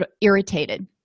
irritated